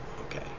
Okay